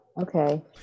Okay